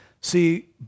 See